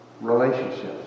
relationships